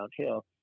downhill